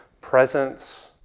presence